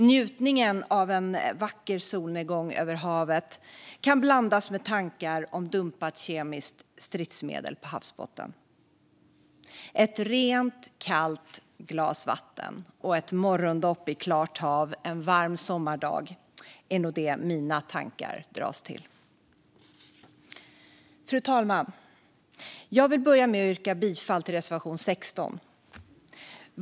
Njutningen av en vacker solnedgång över havet kan blandas med tankar om dumpat kemiskt stridsmedel på havsbotten. Ett rent, kallt glas vatten och ett morgondopp i ett klart hav en varm sommardag är nog det mina tankar dras till. Fru talman! Jag yrkar bifall till reservation 16.